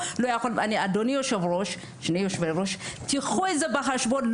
אדוני היושב ראש, תיקחו את זה בחשבון.